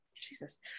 Jesus